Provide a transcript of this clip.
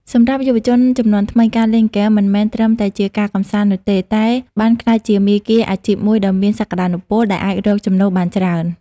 សម្រាប់យុវជនជំនាន់ថ្មី ការលេងហ្គេមមិនមែនត្រឹមជាការកម្សាន្តនោះទេ តែបានក្លាយជាមាគ៌ាអាជីពមួយដ៏មានសក្ដានុពល ដែលអាចរកចំណូលបានច្រើន។